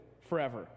forever